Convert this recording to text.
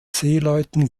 seeleuten